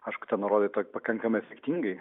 aišku ten nurodyta pakankamai efektingai